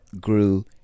grew